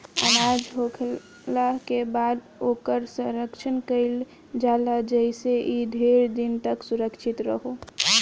अनाज होखला के बाद ओकर संरक्षण कईल जाला जेइसे इ ढेर दिन तक सुरक्षित रहो